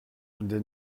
des